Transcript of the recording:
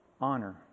Honor